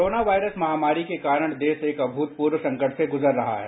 corona virus महामारी के कारण देश एक अमूतपूर्व संकट से गुजर रहा है